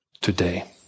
today